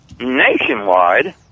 nationwide